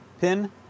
pin